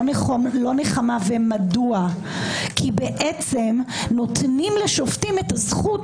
לא נחמה ומדוע כי בעצם נותנם לשופטים את הזכות